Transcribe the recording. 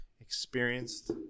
experienced